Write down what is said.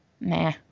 Nah